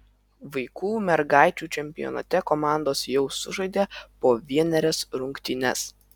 vaikų mergaičių čempionate komandos jau sužaidė po vienerias rungtynes